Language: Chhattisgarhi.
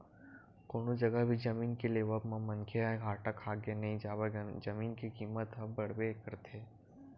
कोनो जघा भी जमीन के लेवब म मनखे ह घाटा खाके नइ जावय जमीन के कीमत ह बड़बे करथे